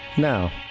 now,